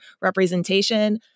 representation